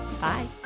Bye